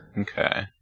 Okay